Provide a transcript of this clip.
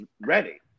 ready